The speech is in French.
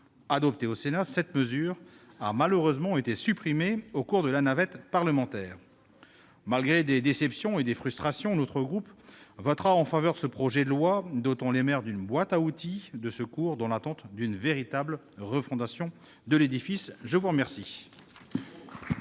Adoptée au Sénat, cette mesure a malheureusement été supprimée au cours de la navette parlementaire. Malgré des déceptions et des frustrations, notre groupe votera en faveur de ce projet de loi, dotant les maires d'une boîte à outils de secours dans l'attente d'une véritable refondation de l'édifice. La parole